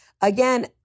Again